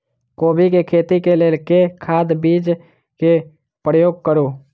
कोबी केँ खेती केँ लेल केँ खाद, बीज केँ प्रयोग करू?